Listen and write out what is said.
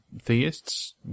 theists